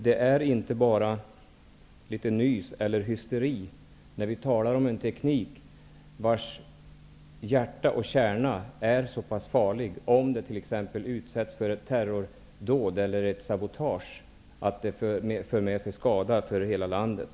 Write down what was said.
Det är inte bara nys eller hysteri när vi talar om en teknik vars hjärta och kärna är så pass farlig om den t.ex. utsätts för ett terrordåd eller ett sabotage att det för med sig skada för hela landet.